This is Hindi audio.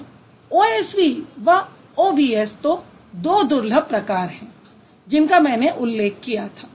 और OSV व OVS दो दुर्लभ प्रकार हैं जिनका मैंने उल्लेख किया था